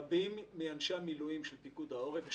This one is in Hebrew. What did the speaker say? רבים מאנשי המילואים של פיקוד העורף יש